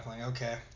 Okay